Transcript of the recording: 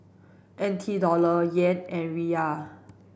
N T Dollar Yen and Riyal